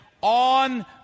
on